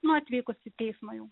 nu atvykus į teismą jau